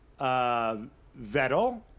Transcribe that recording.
Vettel